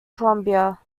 columbia